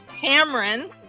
Cameron